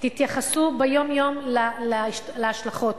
תתייחסו ביום-יום להשלכות.